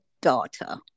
daughter